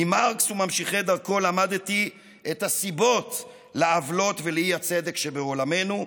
ממרקס וממשיכי דרכו למדתי את הסיבות לעוולות ולאי-צדק שבעולמנו,